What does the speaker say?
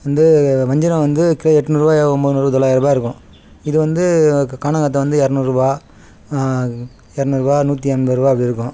வந்து வஞ்சிரம் வந்து கிலோ எட்நூறுரூவாயோ ஒம்பது நூறு தொள்ளாயிரம் ரூபா இருக்கும் இது வந்து க கானாங்கத்தை வந்து இரநூறுவா இரநூறுவா நூற்றி ஐம்பது ரூபா அப்படி இருக்கும்